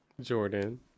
Jordan